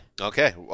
Okay